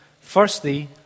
Firstly